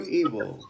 evil